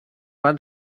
van